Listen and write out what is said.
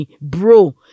bro